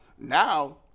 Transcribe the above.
now